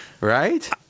Right